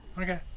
Okay